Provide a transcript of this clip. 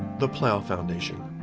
the plough foundation,